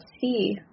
see